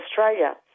Australia